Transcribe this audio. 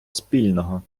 спільного